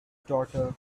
daughter